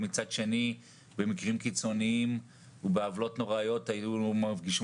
ומצד שני במקרים קיצוניים ובעוולות נוראיות היו מגישים